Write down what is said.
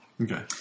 Okay